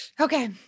Okay